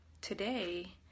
today